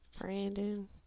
Brandon